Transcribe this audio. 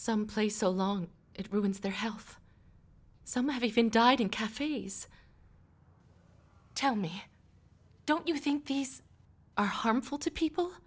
some place so long it ruins their health some have even died in cafes tell me don't you think these are harmful to people